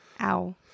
Ow